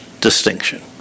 distinction